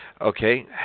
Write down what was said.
Okay